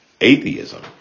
atheism